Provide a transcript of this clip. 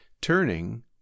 turning